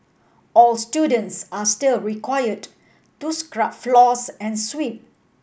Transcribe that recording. all students are still required to scrub floors and sweep